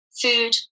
food